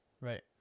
Right